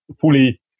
fully